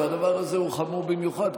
והדבר הזה הוא חמור במיוחד,